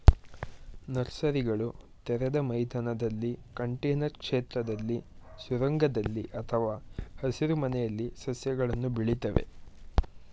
ನರ್ಸರಿಗಳು ತೆರೆದ ಮೈದಾನದಲ್ಲಿ ಕಂಟೇನರ್ ಕ್ಷೇತ್ರದಲ್ಲಿ ಸುರಂಗದಲ್ಲಿ ಅಥವಾ ಹಸಿರುಮನೆಯಲ್ಲಿ ಸಸ್ಯಗಳನ್ನು ಬೆಳಿತವೆ